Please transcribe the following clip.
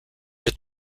der